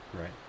right